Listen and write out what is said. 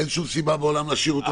אין שום סיבה להשאיר אותו פה.